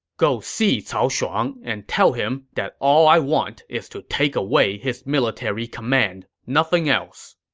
go see cao shuang and tell him that all i want is to take away his military command, nothing else.